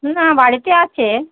না বাড়িতে আছে